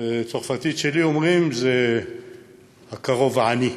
בצרפתית שלי אומרים: זה הקרוב העני.